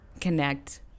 connect